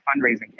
fundraising